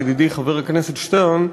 ידידי חבר הכנסת שטרן,